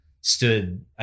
stood